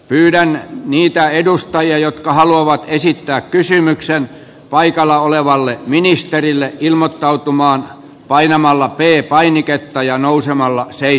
pyydämme niitä edustajia jotka haluavat esittää kysymyksen paikalla olevalle ministerille ilmoittautumaan painamalla peli painiketta ja nousemalla se ei